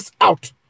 out